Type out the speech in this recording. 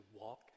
walk